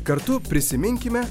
kartu prisiminkime